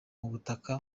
butaka